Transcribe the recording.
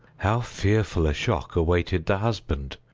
how fearful a shock awaited the husband,